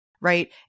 Right